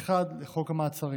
7(1) לחוק המעצרים.